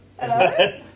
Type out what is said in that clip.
Hello